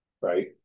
right